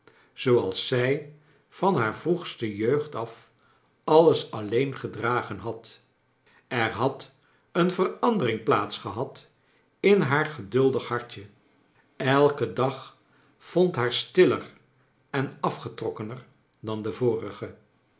zooals zij van haar vroegste jeugd af alles alleen gedragen had er had een verandering plaats gehad in haar geduldige hartje elke dag vond haar stiller en afgetrokkener dan de vorige